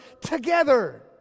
together